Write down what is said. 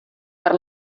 per